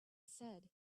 said